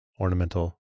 ornamental